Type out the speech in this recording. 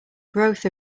growth